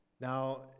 Now